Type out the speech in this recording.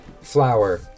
flower